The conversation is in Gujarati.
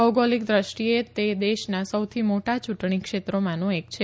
ભૌગોલિક દૃષ્ટિએ તે દેશના સૌથી મોટા ચૂંટણી ક્ષેત્રોમાંનું એક છે